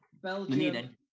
Belgium